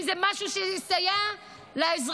אם זה משהו שיסייע לאזרחים.